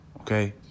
okay